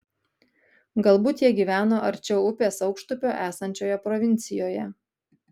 galbūt jie gyveno arčiau upės aukštupio esančioje provincijoje